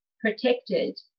protected